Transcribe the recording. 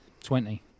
Twenty